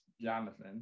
Jonathan